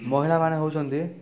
ମହିଳାମାନେ ହେଉଛନ୍ତି